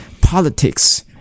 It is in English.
politics